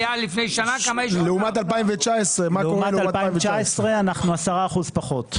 לעומת 2019 אנחנו 10% פחות.